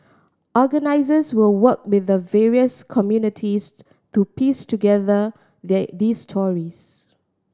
organisers will work with the various communities to piece together they these stories